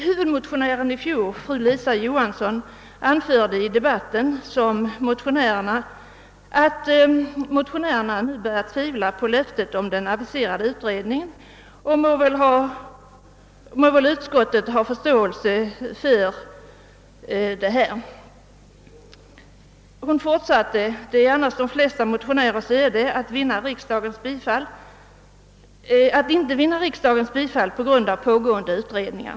Huvudmotionären i fjol, fru Lisa Johansson, anförde i debatten, att motionärerna nu börjat tvivla på löftet om den aviserade utredningen, något som utskottet borde ha förståelse för. Fru Johansson fortsatte med att framhålla, att det ju är de flesta motioners öde att de inte vinner riksdagens bifall för sina motioner när det pågår utredningar.